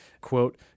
quote